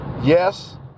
yes